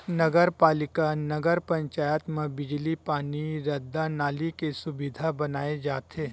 नगर पालिका, नगर पंचायत म बिजली, पानी, रद्दा, नाली के सुबिधा बनाए जाथे